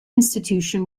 institution